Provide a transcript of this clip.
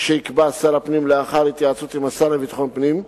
שיקבע שר הפנים לאחר התייעצות עם השר לביטחון פנים,